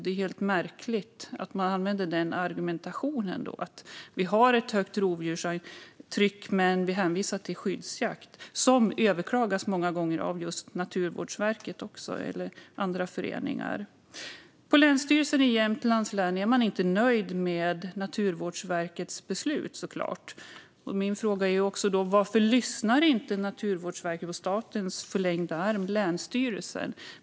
Det är märkligt att man använder den argumentationen - vi har ett högt rovdjurstryck, men vi hänvisar till skyddsjakt. Skyddsjakt överklagas också många gånger av Naturskyddsföreningen eller andra föreningar. På Länsstyrelsen i Jämtlands län är man inte nöjd med Naturvårdsverkets beslut. Varför lyssnar inte Naturvårdsverket på statens förlängda arm, alltså på länsstyrelsen?